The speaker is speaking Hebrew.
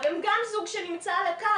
רק במשפחה נשואה,